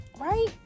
Right